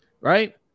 right